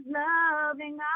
loving